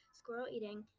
squirrel-eating